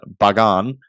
Bagan